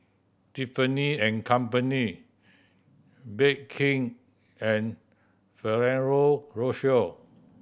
Tiffany and Company Bake King and Ferrero Rocher